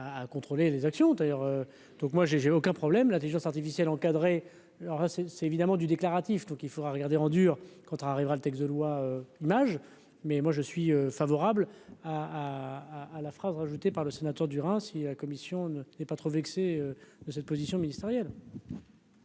à contrôler les actions d'ailleurs, donc moi j'ai j'ai aucun problème, l'Intelligence artificielle, encadrée alors c'est c'est évidemment du déclaratif, donc il faudra regarder endure quand arrivera le texte de loi image mais moi je suis favorable à à la phrase rajoutée par le sénateur du si la commission n'est pas trop vexé de cette position ministérielle.